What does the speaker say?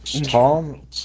Tom